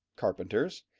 carpenters,